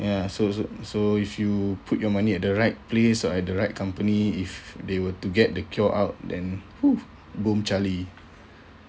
ya so so so if you put your money at the right place or at the right company if they were to get the cure out than !woo! boom charlie